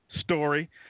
story